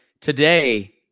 today